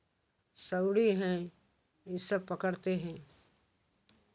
सउड़ी हैं यह सब पकड़ते हैं